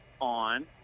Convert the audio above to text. on